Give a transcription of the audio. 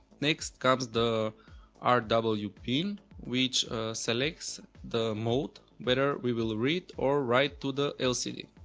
next comes the r w pin which selects the mode whether we will read or write to the lcd.